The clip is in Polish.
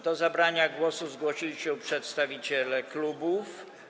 Do zabrania głosu zgłosili się przedstawiciele klubów.